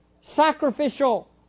sacrificial